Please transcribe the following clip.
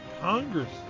Congress